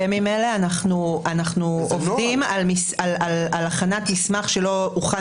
בימים אלה אנחנו עובדים על הכנת מסמך שלא הוכן